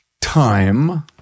time